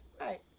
Right